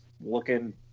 looking